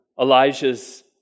Elijah's